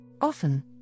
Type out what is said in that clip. Often